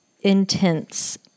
intense